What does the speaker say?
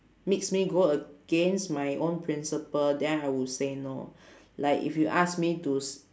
makes me go against my own principle then I would say no like if you ask me to s~